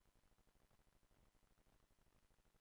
רבותי, תם סדר-היום.